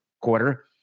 quarter